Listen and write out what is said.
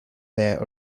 their